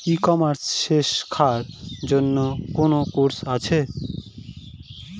ই commerce শেক্ষার জন্য কোন কোর্স আছে?